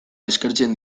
eskertzen